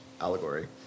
allegory